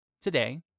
today